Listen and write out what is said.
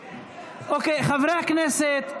אוקיי, חברי הכנסת.